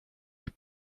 ich